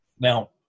Now